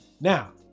Now